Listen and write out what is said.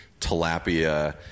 tilapia